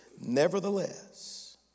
Nevertheless